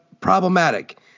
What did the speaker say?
problematic